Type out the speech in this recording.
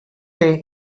day